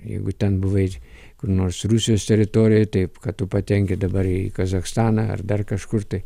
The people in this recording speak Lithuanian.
jeigu ten buvai kur nors rusijos teritorijoj taip kad tu patenki dabar į kazachstaną ar dar kažkur tai